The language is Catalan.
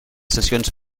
sessions